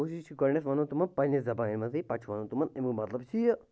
کوٗشِس چھِ گۅڈٕن۪تھ ونُن تِمَن پَنٕنہِ زَبانہِ منٛزٕے پَتہٕ چھُ وَنُن تِمن اَمیُک مطلب چھُ یہِ